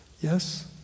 Yes